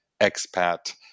expat